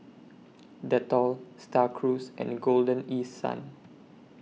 Dettol STAR Cruise and Golden East Sun